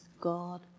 God